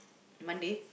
Monday